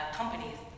companies